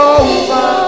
over